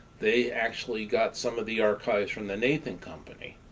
they actually got some of the archives from the nathan company.